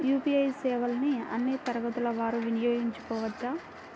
UPI సేవలని అన్నీ తరగతుల వారు వినయోగించుకోవచ్చా?